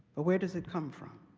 ah where does it come from?